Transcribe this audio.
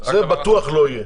זה בטוח לא יהיה.